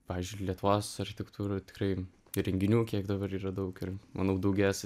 pavyzdžiui lietuvos architektūra tikrai ir renginių kiek dabar yra daug ir manau daugės